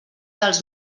dels